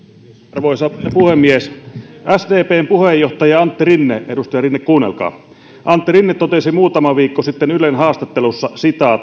arvoisa puhemies sdpn puheenjohtaja antti rinne edustaja rinne kuunnelkaa totesi muutama viikko sitten ylen haastattelussa